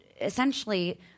essentially